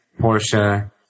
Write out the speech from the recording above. Portia